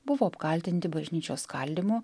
buvo apkaltinti bažnyčios skaldymu